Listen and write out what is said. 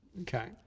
okay